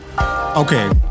okay